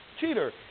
cheater